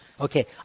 Okay